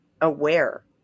aware